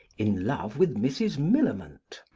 in love with mrs. millamant,